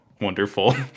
Wonderful